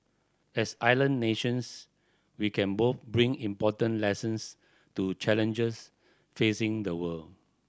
as island nations we can both bring important lessons to challenges facing the world